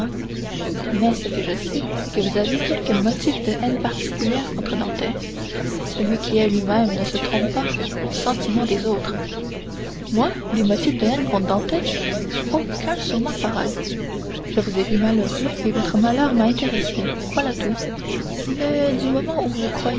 mais ce que je sais c'est que vous avez quelque motif de haine particulière contre dantès celui qui hait lui-même ne se trompe pas aux sentiments des autres moi des motifs de haine contre dantès aucun sur ma parole je vous ai vu malheureux et votre malheur m'a intéressé voilà tout mais du moment où vous